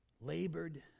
Labored